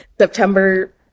September